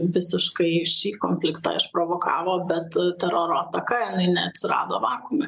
visiškai šį konfliktą išprovokavo bet teroro ataka neatsirado vakuume